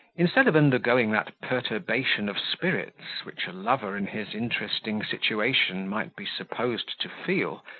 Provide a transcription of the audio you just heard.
instead of undergoing that perturbation of spirits, which a lover in his interesting situation might be supposed to feel,